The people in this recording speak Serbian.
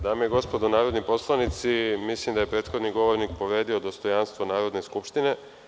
Dame i gospodo narodni poslanici, mislim da je prethodni govornik povredio dostojanstvo Narodne skupštine.